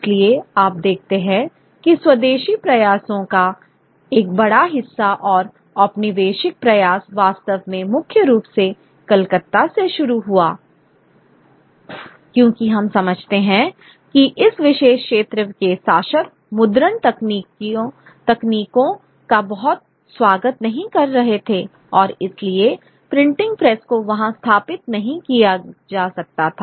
इसलिए आप देखते हैं कि स्वदेशी प्रयासों का एक बड़ा हिस्सा और औपनिवेशिक प्रयास वास्तव में मुख्य रूप से कलकत्ता से शुरू हुआ क्योंकि हम समझते हैं कि इस विशेष क्षेत्र के शासक मुद्रण तकनीकों का बहुत स्वागत नहीं कर रहे थे और इसलिए प्रिंटिंग प्रेस को वहाँ स्थापित नहीं किया जा सकता था